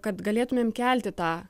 kad galėtumėm kelti tą